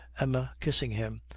emma, kissing him,